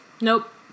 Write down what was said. Nope